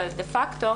אבל דה-פקטו,